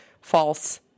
False